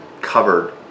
covered